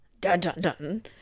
Dun-dun-dun